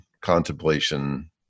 contemplation